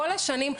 כל השנים.